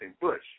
Bush